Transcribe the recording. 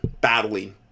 battling